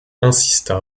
insista